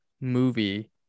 movie